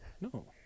no